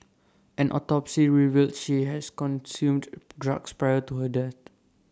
an autopsy revealed she has consumed drugs prior to her death